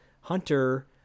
hunter